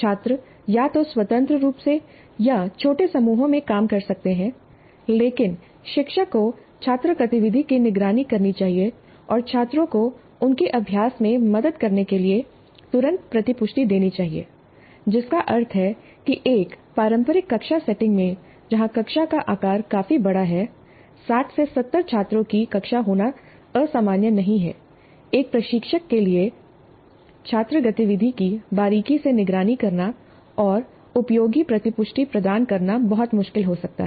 छात्र या तो स्वतंत्र रूप से या छोटे समूहों में काम कर सकते हैं लेकिन शिक्षक को छात्र गतिविधि की निगरानी करनी चाहिए और छात्रों को उनके अभ्यास में मदद करने के लिए तुरंत प्रतिपुष्टि देनी चाहिए जिसका अर्थ है कि एक पारंपरिक कक्षा सेटिंग में जहां कक्षा का आकार काफी बड़ा है 60 70 छात्रों की कक्षा होना असामान्य नहीं है एक प्रशिक्षक के लिए छात्र गतिविधि की बारीकी से निगरानी करना और उपयोगी प्रतिपुष्टि प्रदान करना बहुत मुश्किल हो सकता है